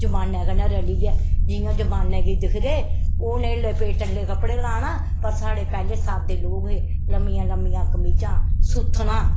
जमाने कन्नै रलियै जि'यां जमाने गी दिखदे ओह् नेह् लगी पे टल्ले कपड़े लान पर साढ़े पैह्ले साद्दे लोक हे लम्मियां लम्मियां कमीजां सुत्थनां